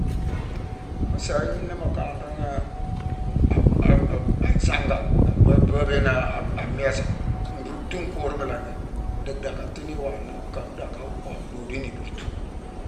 Sagna ni mu kanran ghi an a- a- a sangangh a- a- a- babiyonangh an- an- an méésamma. Nrucktune kuurma langhi, dhii dhackatine i waana ka dhacké-wo-doodune i burtu.